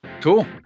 Cool